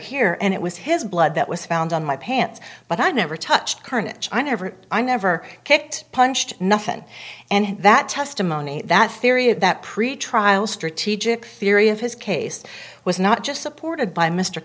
here and it was his blood that was found on my pants but i never touched carnage i never i never kicked punched nothing and that testimony that theory of that pretrial strategic theory of his case was not just supported by mr